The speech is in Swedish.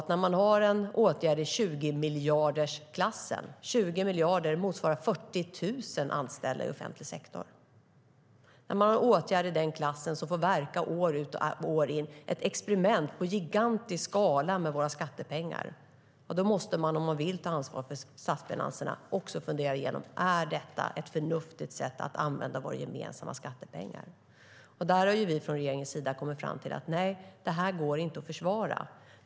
När man har en åtgärd i 20-miljardersklassen - 20 miljarder motsvarar 40 000 anställda i offentlig sektor - som får verka år ut och år in, ett experiment i gigantisk skala med våra skattepengar, då måste man om man vill ta ansvar för statsfinanserna också fundera igenom om detta är ett förnuftigt sätt att använda våra gemensamma skattepengar. Från regeringens sida har vi kommit fram till att det här inte går att försvara.